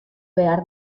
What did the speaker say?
behar